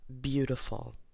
beautiful